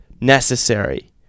necessary